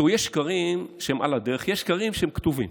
יש שקרים שהם על הדרך, יש שקרים שהם כתובים.